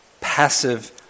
passive